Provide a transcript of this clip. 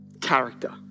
Character